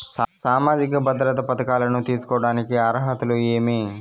సామాజిక భద్రత పథకాలను తీసుకోడానికి అర్హతలు ఏమి?